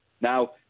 Now